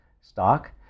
stock